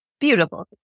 beautiful